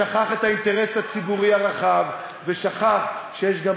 שכח את האינטרס הציבורי הרחב ושכח שיש פה